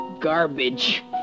garbage